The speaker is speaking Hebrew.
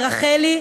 לרחלי,